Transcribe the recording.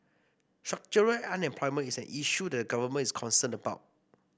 structural unemployment is an issue that the government is concerned about